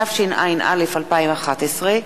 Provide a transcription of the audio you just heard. התשע”א 2011,